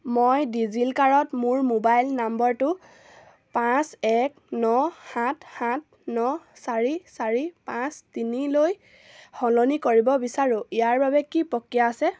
মই ডিজিলকাৰত মোৰ মোবাইল নম্বৰটো পাঁচ এক ন সাত সাত ন চাৰি চাৰি পাঁচ তিনিলৈ সলনি কৰিব বিচাৰোঁ ইয়াৰ বাবে কি প্ৰক্ৰিয়া আছে